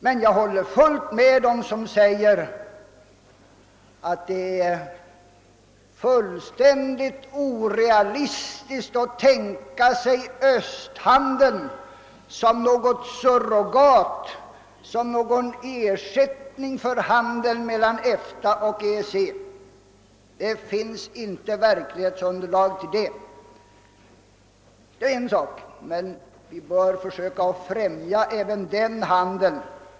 Men jag håller med dem som säger att det är fullständigt orealistiskt att tänka sig östhandeln som något surrogat eller någon ersättning för 'handeln mellan EFTA och EEC — det finns inte verklighetsunderlag för det. Detta är en sak för sig; vi bör som sagt försöka främja även handeln med östländerna.